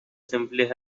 simply